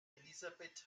elisabeth